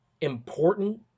important